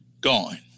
gone